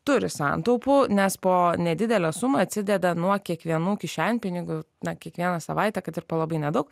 turi santaupų nes po nedidelę sumą atsideda nuo kiekvienų kišenpinigių na kiekvieną savaitę kad ir po labai nedaug